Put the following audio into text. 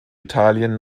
italien